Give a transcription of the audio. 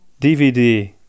DVD